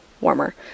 warmer